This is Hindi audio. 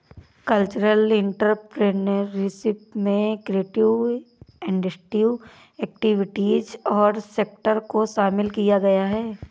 कल्चरल एंटरप्रेन्योरशिप में क्रिएटिव इंडस्ट्री एक्टिविटीज और सेक्टर को शामिल किया गया है